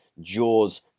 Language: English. jaws